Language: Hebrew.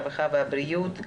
הרווחה והבריאות.